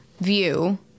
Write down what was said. view